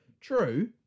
True